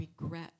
regret